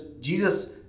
Jesus